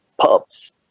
pubs